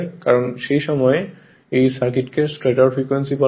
কারণ সেই সময়ে এই সার্কিটটিকে স্টেটর ফ্রিকোয়েন্সি বলা হয়